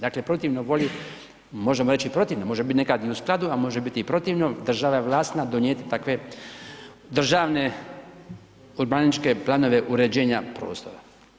Dakle protivno volji, možemo reći protivno, može biti nekad i u skladu, a može biti protivno, država je vlasna donijeti takve državne urbanističke planove uređenja prostora.